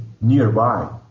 nearby